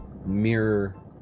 Mirror